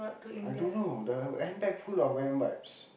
I don't know the handbag full of wet wipes